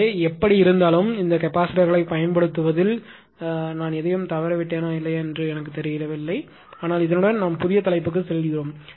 எனவே எப்படியிருந்தாலும் இந்த கெப்பாசிட்டர்களைப் பயன்படுத்துவதில் நான் எதையும் தவறவிட்டேனா இல்லையா என்பது எனக்குத் தெரியாது ஆனால் இதனுடன் நாம் புதிய தலைப்புக்குச் செல்வோம்